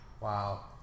Wow